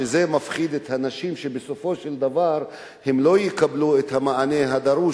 וזה מפחיד את הנשים שבסופו של דבר הן לא יקבלו את המענה הדרוש